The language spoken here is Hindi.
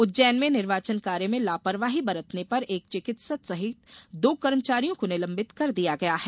उज्जैन में निर्वाचन कार्य में लापरवाही बरतने पर एक चिकित्सक सहित दो कर्मचारियों को निलम्बित कर दिया गया है